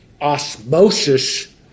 osmosis